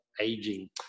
aging